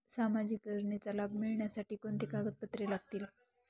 सामाजिक योजनेचा लाभ मिळण्यासाठी कोणती कागदपत्रे लागतील?